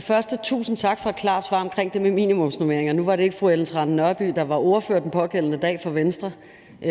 første tusind tak for et klart svar omkring det om minimumsnormeringer. Nu var det ikke fru Ellen Trane Nørby, der var Venstres ordfører den pågældende dag,